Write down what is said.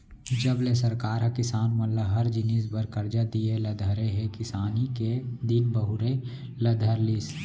जब ले सरकार ह किसान मन ल हर जिनिस बर करजा दिये ल धरे हे किसानी के दिन बहुरे ल धर लिस